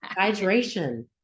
hydration